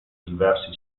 diversi